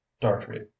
dartrey